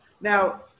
Now